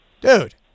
dude